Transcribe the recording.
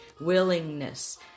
Willingness